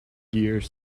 gears